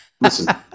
Listen